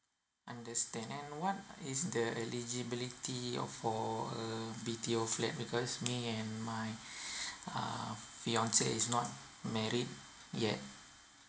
understand and what is the eligibility of for a B_T_O flat because me and my uh fiance is not married yet